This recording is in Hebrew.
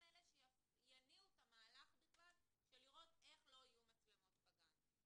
אלה שיניעו את המהלך בכלל של לראות איך לא יהיו מצלמות בגן.